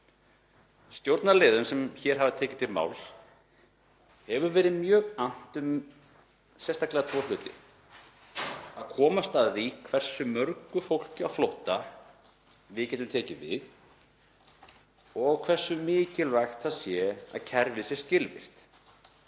stjórnarliðum sem hér hafa tekið til máls hefur sérstaklega verið annt um tvo hluti, að komast að því hversu mörgu fólki á flótta við getum tekið við og hversu mikilvægt það sé að kerfið sé skilvirkt.